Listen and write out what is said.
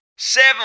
Seven